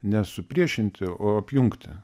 ne supriešinti o apjungti